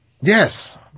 Yes